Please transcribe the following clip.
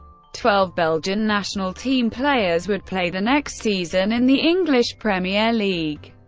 twelve belgian national team players would play the next season in the english premier league.